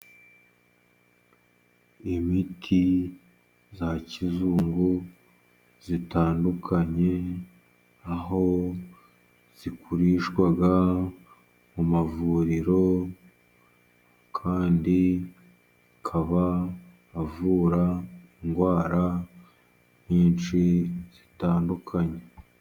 Imiti ya kizungu itandukanye aho igurishwa mu mavuriro, kandi akaba avura indwara nyinshi zitandukanye.